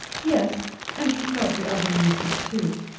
yes and you felt the other nuisance too.